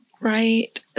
Right